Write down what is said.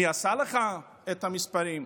מי עשה לך את המספרים?